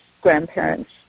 grandparents